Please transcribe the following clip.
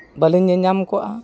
ᱵᱟᱹᱞᱤᱧ ᱧᱮᱞ ᱧᱟᱢ ᱠᱚᱜᱼᱟ